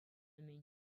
мӗн